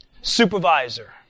Supervisor